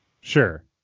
Sure